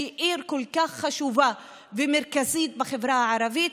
שהיא עיר כל כך חשובה ומרכזית בחברה הערבית,